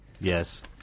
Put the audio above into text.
Yes